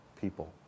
people